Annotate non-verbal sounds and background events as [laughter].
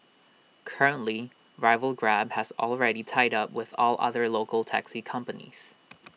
currently rival grab has already tied up with all other local taxi companies [noise]